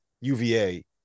UVA